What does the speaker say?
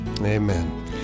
Amen